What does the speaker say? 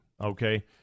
okay